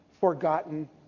forgotten